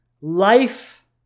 life